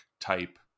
type